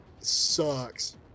sucks